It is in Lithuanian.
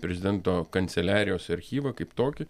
prezidento kanceliarijos archyvą kaip tokį